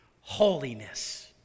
holiness